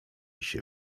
się